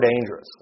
dangerous